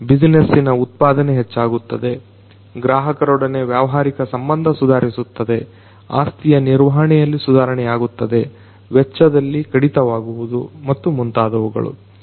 ಬ್ಯುಜಿನೆಸ್ಸಿನ ಉತ್ಪಾದನೆ ಹೆಚ್ಚಾಗುತ್ತದೆ ಗ್ರಾಹಕರೊಡನೆ ವ್ಯಾವಹಾರಿಕ ಸಂಬಂಧ ಸುಧಾರಿಸುತ್ತದೆ ಆಸ್ತಿಯ ನಿರ್ವಹಣೆಯಲ್ಲಿ ಸುಧಾರಣೆಯಾಗುತ್ತದೆ ವೆಚ್ಚದಲ್ಲಿ ಕಡಿತವಾಗುವುದು ಮತ್ತು ಮುಂತಾದವುಗಳು